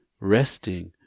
resting